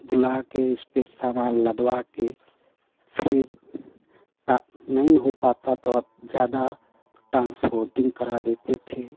बुला कर उस पर सामान लदवा कर फिर नहीं हो पाता तो ज़्यादा टांसपोंटिंग करा देते थे